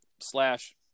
slash